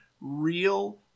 real